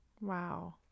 Wow